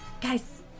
guys